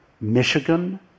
Michigan